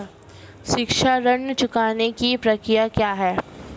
शिक्षा ऋण चुकाने की प्रक्रिया क्या है?